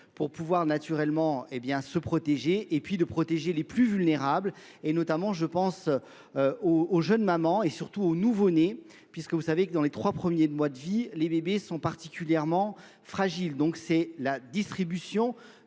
pour pouvoir naturellement se protéger et puis de protéger les plus vulnérables et notamment je pense aux jeunes mamans et surtout aux nouveaux-nés puisque vous savez que dans les trois premiers mois de vie, les bébés sont particulièrement fragiles. Donc c'est la distribution